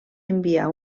enviar